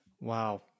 Wow